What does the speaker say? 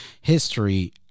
history